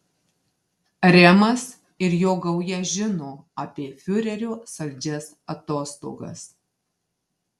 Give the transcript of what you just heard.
remas ir jo gauja žino apie fiurerio saldžias atostogas